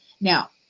Now